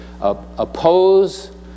oppose